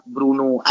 Bruno